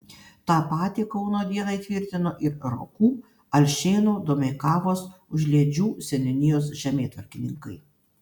tą patį kauno dienai tvirtino ir rokų alšėnų domeikavos užliedžių seniūnijos žemėtvarkininkai